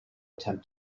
attempt